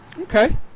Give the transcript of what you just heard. Okay